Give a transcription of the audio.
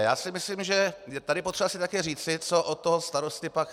Já si myslím, že je tady potřeba si také říci, co od toho starosty pak chceme.